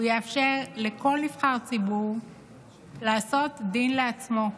הוא יאפשר לכל נבחר ציבור לעשות דין לעצמו,